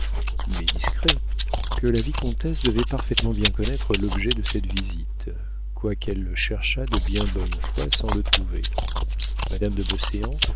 mais discret que la vicomtesse devait parfaitement bien connaître l'objet de cette visite quoiqu'elle le cherchât de bien bonne foi sans le trouver madame de